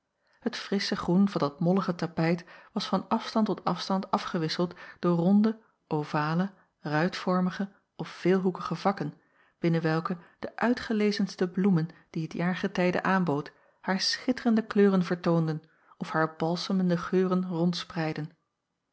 het frissche groen van dat mollige tapijt was van afstand tot afstand afgewisseld door ronde ovale ruitvormige of veelhoekige vakken binnen welke de uitgelezenste bloemen die t jaargetijde aanbood haar schitterende kleuren vertoonden of haar balsemende geuren